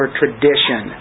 tradition